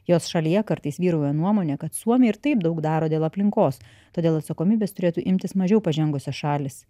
jos šalyje kartais vyrauja nuomonė kad suomiai ir taip daug daro dėl aplinkos todėl atsakomybės turėtų imtis mažiau pažengusios šalys